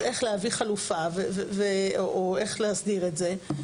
אז איך להביא חלופה או איך להסדיר את זה,